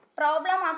problem